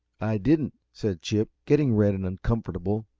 i didn't, said chip, getting red and uncomfortable,